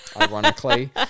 ironically